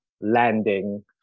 landing